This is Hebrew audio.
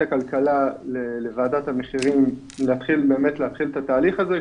הכלכלה לוועדת המחירים להתחיל באמת את התהליך הזה,